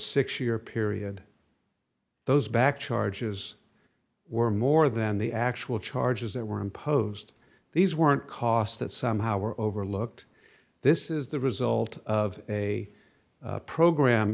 six year period those back charges were more than the actual charges that were imposed these weren't costs that somehow were overlooked this is the result of a program